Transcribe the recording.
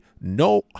No